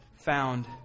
found